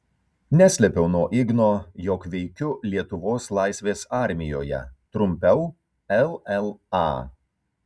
neslėpiau nuo igno jog veikiu lietuvos laisvės armijoje trumpiau lla